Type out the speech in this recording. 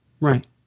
Right